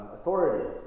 authority